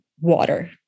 water